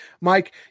Mike